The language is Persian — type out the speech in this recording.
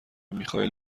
میخائیل